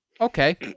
Okay